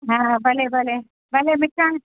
हा हा भले भले भले मिठाण